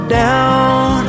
down